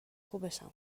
خوبشم